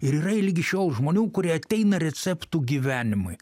ir yra ligi šiol žmonių kurie ateina receptų gyvenimui